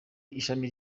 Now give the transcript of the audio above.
ishami